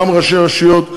גם ראשי רשויות,